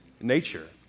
nature